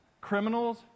criminals